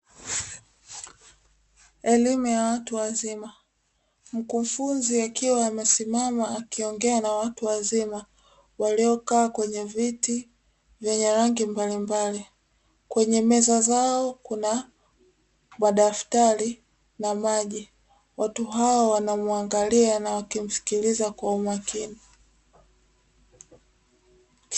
Elimu ya watu wazima, mkufunzi akiwa amesimama akiongea na watu wazima waliokaa kwenye viti vyenye rangi mbalimbali. Kwenye meza zao kuna madaftari na maji, watu hao wanamwangalia na wakimsikiliza kwa umakini.